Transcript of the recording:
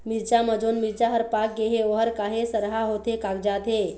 मिरचा म जोन मिरचा हर पाक गे हे ओहर काहे सरहा होथे कागजात हे?